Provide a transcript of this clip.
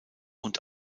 und